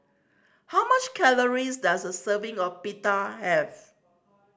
how much calories does a serving of Pita have